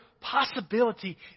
possibility